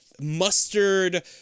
mustard